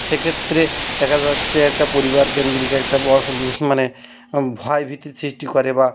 সেক্ষেত্রে দেখা যাচ্ছে একটা পরিবারকেন্দ্রিক একটা বসহ মানে ভয় ভীতি সৃষ্টি করে বা